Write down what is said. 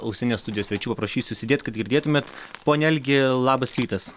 ausines studijos svečių aprašysiu užsidėt kad girdėtumėt pone algi labas rytas